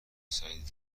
سعید